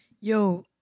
Yo